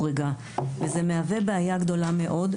וזה מהווה בעיה גדולה מאוד.